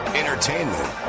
entertainment